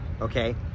okay